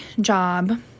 job